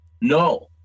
no